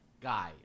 guy